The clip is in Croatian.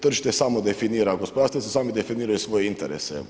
Tržište samo definira, gospodarstvenici sami definiraju svoje interese.